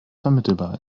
vermittelbar